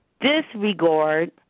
disregard